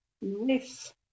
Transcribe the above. yes